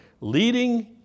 leading